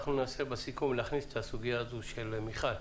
אנחנו ננסה בסיכום להכניס את הסוגיה הזו של מיכל.